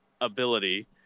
ability